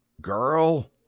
Girl